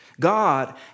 God